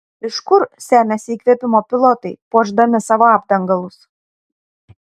iš kur semiasi įkvėpimo pilotai puošdami savo apdangalus